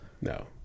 No